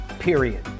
Period